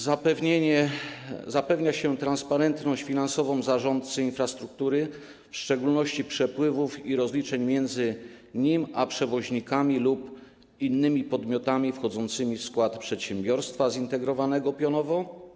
Zapewnia się transparentność finansową zarządcy infrastruktury, w szczególności przepływów i rozliczeń między nim a przewoźnikami lub innymi podmiotami wchodzącymi w skład przedsiębiorstwa zintegrowanego pionowo.